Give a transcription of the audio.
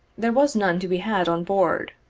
there was none to be had on board.